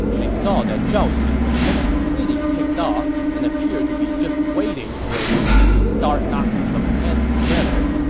they saw that zhao yun was looking pretty ticked off and appeared to be just waiting for a reason to start knocking some heads together.